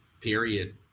period